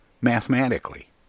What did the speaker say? mathematically